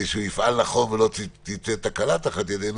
שהוא יפעל נכון ולא תצא תקלה תחת ידנו.